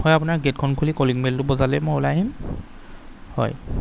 হয় আপোনাৰ গেটখন খুলি কলিং বেলটো বজালেই মই ওলাই আহিম হয়